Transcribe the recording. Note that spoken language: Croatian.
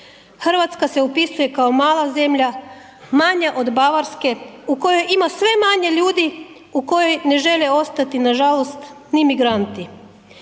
RH se opisuje kao mala zemlja, manja od Bavarske u kojoj ima sve manje ljudi, u kojoj ne žele ostati nažalost ni migranti.